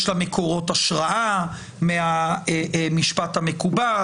יש לה מקורות השראה מהמשפט המקובל,